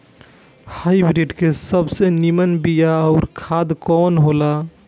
Hybrid के सबसे नीमन बीया अउर खाद कवन हो ला?